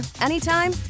anytime